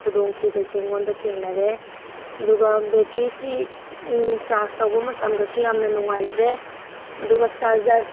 ꯈꯨꯗꯣꯡꯊꯤꯕꯁꯤ ꯑꯩꯉꯣꯟꯗ ꯊꯦꯡꯅꯔꯦ ꯑꯗꯨꯒ ꯕꯦꯇ꯭ꯔꯤꯁꯤ ꯆꯥꯔꯖ ꯇꯧꯕ ꯃꯇꯝꯗꯁꯨ ꯌꯥꯝꯅ ꯅꯨꯡꯉꯥꯏꯇ꯭ꯔꯦ ꯑꯗꯨꯒ ꯆꯥꯔꯖꯔ